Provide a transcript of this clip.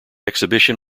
exhibition